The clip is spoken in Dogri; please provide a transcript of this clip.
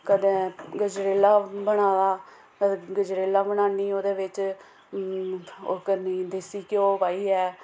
कदें गजरेला बना दा कदें गजरेला बनान्नी ओह्दे बिच ओह् करनी देसी घ्यो पाइयै